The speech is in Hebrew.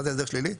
מה זה הסדר שלילי?